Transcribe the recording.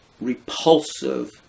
repulsive